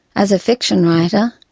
as a fiction writer,